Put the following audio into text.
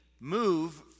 move